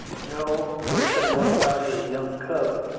no but he said enough about his young cub.